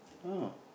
oh